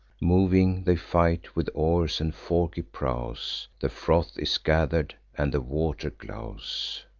moving they fight with oars and forky prows the froth is gather'd, and the water glows.